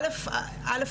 א',